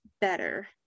better